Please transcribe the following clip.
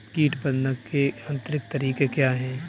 कीट प्रबंधक के यांत्रिक तरीके क्या हैं?